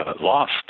lost